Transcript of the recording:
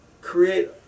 create